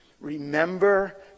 Remember